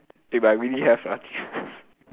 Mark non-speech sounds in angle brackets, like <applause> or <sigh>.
eh but I really have lah <laughs>